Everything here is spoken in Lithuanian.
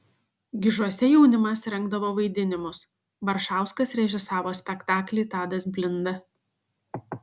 gižuose jaunimas rengdavo vaidinimus baršauskas režisavo spektaklį tadas blinda